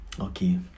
Okay